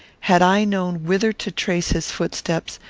had i known whither to trace his footsteps,